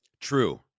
True